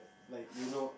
like you know